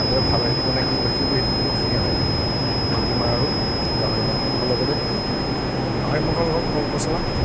খালে ভাল আৰু সেইটো মানে কি সেইটো সেইটো কিন্তু ধুনীয়া লাগে মাটিমাহ আৰু গাহৰি মাংস আৰু লগতে গাহৰি মাংসৰ লগত কল পচলা